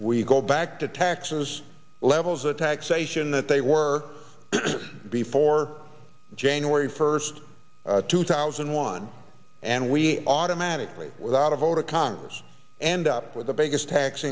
we go back to taxes levels of taxation that they were before january first two thousand and one and we automatically without a vote of congress and up with the biggest tax